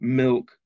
milk